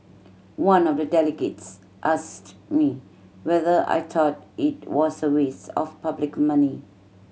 one of the delegates asked me whether I thought it was a waste of public money